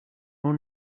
own